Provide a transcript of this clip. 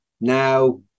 now